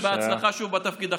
בבקשה.